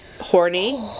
horny